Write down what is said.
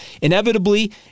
Inevitably